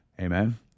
Amen